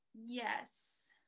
Yes